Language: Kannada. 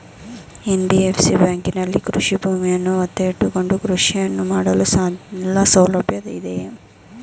ಎನ್.ಬಿ.ಎಫ್.ಸಿ ಬ್ಯಾಂಕಿನಲ್ಲಿ ಕೃಷಿ ಭೂಮಿಯನ್ನು ಒತ್ತೆ ಇಟ್ಟುಕೊಂಡು ಕೃಷಿಯನ್ನು ಮಾಡಲು ಸಾಲಸೌಲಭ್ಯ ಇದೆಯಾ?